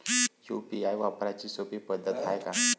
UPI वापराची सोपी पद्धत हाय का?